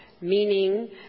meaning